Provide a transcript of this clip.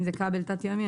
אם זה כבל תת ימי,